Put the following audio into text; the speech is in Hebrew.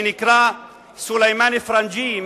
שנקרא סולימאן א-פרנג'יה,